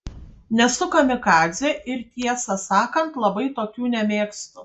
nesu kamikadzė ir tiesą sakant labai tokių nemėgstu